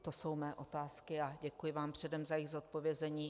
To jsou mé otázky a děkuji vám předem za jejich zodpovězení.